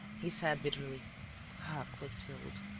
he said, bitterly ah, clotilde,